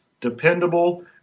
dependable